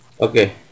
Okay